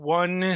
one